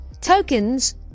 Tokens